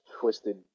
twisted